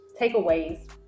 takeaways